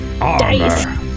Armor